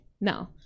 no